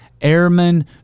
airmen